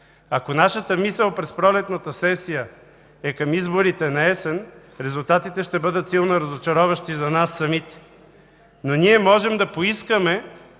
Ако нашата мисъл през пролетната сесия е към изборите на есен, резултатите ще бъдат силно разочароващи и за нас самите, но ние можем да поискаме